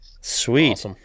Sweet